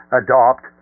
adopt